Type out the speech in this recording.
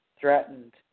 threatened